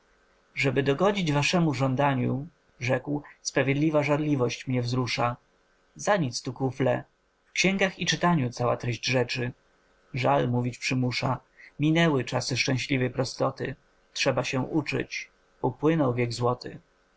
żeby dogodzić waszemu żądaniu rzekł sprawiedliwa żarliwość mnie wzrusza za nic tu kufle w xięgach i czytaniu cała treść rzeczy żal mówić przymusza minęły czasy szczęśliwej prostoty trzeba się uczyć upłynął wiek złoty